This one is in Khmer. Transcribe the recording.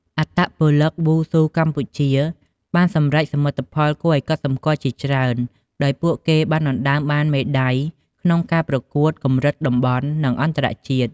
អត្តពលិកវ៉ូស៊ូកម្ពុជាបានសម្រេចសមិទ្ធផលគួរឲ្យកត់សម្គាល់ជាច្រើន ដោយពួកគេបានដណ្ដើមបានមេដាយក្នុងការប្រកួតកម្រិតតំបន់ និងអន្តរជាតិ។